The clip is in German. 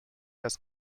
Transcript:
das